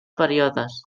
períodes